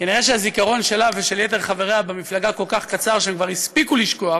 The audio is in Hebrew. כנראה הזיכרון שלה ושל יתר חבריה במפלגה כל כך קצר שהם כבר הספיקו לשכוח